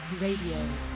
Radio